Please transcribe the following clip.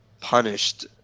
punished